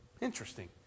Interesting